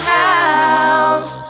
house